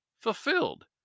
fulfilled